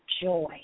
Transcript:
joy